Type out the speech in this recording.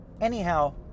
Anyhow